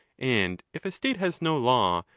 and if a state has no law,